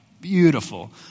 beautiful